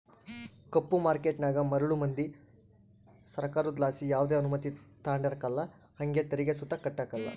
ಕಪ್ಪು ಮಾರ್ಕೇಟನಾಗ ಮರುಳು ಮಂದಿ ಸೃಕಾರುದ್ಲಾಸಿ ಯಾವ್ದೆ ಅನುಮತಿ ತಾಂಡಿರಕಲ್ಲ ಹಂಗೆ ತೆರಿಗೆ ಸುತ ಕಟ್ಟಕಲ್ಲ